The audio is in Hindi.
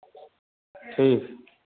ठीक